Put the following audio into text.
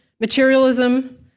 materialism